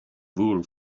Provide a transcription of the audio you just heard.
wool